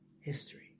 History